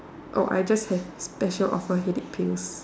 oh I just have special offer headache pills